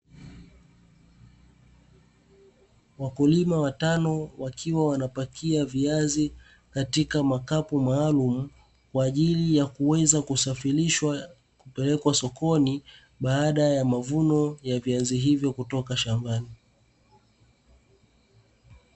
Wakulima watano wakiwa wanapakia viazi katika makapu maalumu kwa ajili ya kuweza kusafirishwa kupelekwa sokoni baada ya mavuno ya viazi hivyo kutoka shambani.